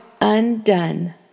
undone